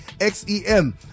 X-E-M